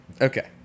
Okay